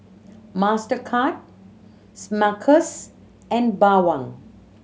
Mastercard Smuckers and Bawang